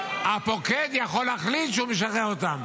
הפוקד יכול להחליט שהוא משחרר אותו.